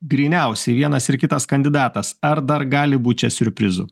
gryniausiai vienas ir kitas kandidatas ar dar gali būt čia siurprizų